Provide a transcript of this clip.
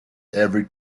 every